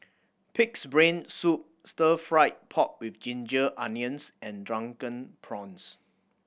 Pig's Brain Soup Stir Fry pork with ginger onions and Drunken Prawns